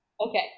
Okay